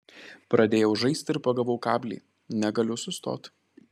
pradėjau žaist ir pagavau kablį negaliu sustot